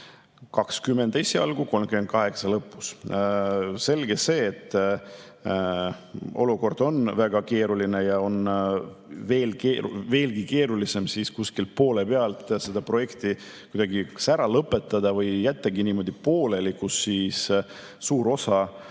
Esialgu 20, lõpuks 38.Selge on see, et olukord on väga keeruline ja on veelgi keerulisem kuskil poole peal see projekt kuidagi kas ära lõpetada või jättagi niimoodi pooleli siis, kui suur osa